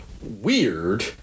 weird